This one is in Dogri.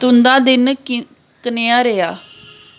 तुं'दा दिन कनेहा रेहा